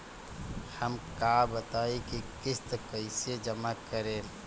हम का बताई की किस्त कईसे जमा करेम?